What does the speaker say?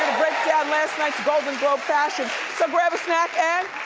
yeah last night's golden globe fashion. so grab a snack and